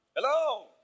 Hello